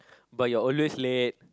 but you're always late